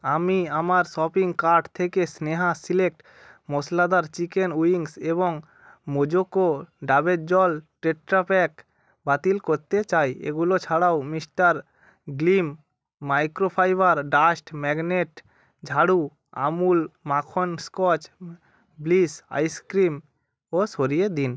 আমি আমার shopping cart থেকে স্নেহা সিলেক্ট মশলাদার চিকেন উইংস এবং মোজোকো ডাবের জলের টেট্রা প্যাক বাতিল করতে চাই এগুলো ছাড়াও mister Gleam microfibre dust magnet ঝাড়ু আমুল মাখন স্কচ ব্লিস আইসক্রিমও সরিয়ে দিন